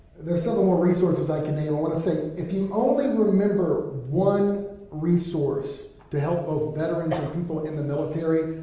there's several more resources that i can name, i wanna say, if you only remember one resource, to help both veterans and people in the military,